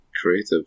creative